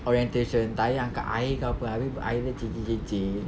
orientation tahir angkat air ke apa abeh air dia tercicir-cicir